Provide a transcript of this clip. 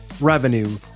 revenue